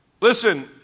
Listen